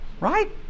Right